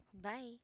Bye